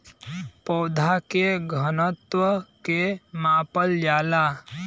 पौधा के घनत्व के मापल जाला